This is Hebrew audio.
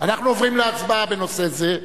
אנחנו עוברים להצבעה בנושא זה.